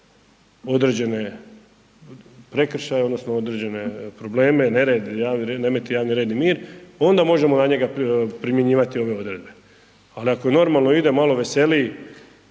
određene prekršaje odnosno određene probleme, nered, javni red, remeti javni red i mir onda možemo na njega primjenjivati ove odredbe, ali ako normalno ide malo veseliji,